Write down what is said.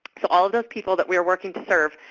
so all of those people that we are working to serve,